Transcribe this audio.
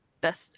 Best